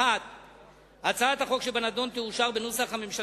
1. הצעת החוק שבנדון תאושר בנוסח הממשלתי,